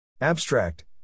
Abstract